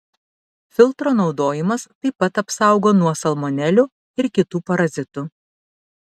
filtro naudojimas taip pat apsaugo nuo salmonelių ir kitų parazitų